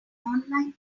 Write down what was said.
online